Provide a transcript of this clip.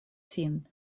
sin